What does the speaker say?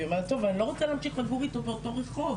והיא אומרת אני לא רוצה לגור אתו באותו רחוב